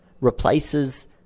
replaces